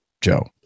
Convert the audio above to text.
Joe